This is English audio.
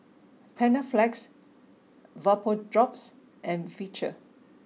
Panaflex VapoDrops and Vichy